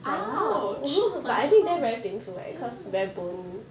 !ouch! 很痛 ya